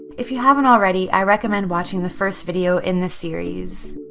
if you haven't already, i recommend watching the first video in this series.